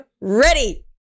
ready